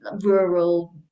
rural